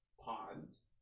pods